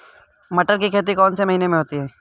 मटर की खेती कौन से महीने में होती है?